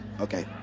Okay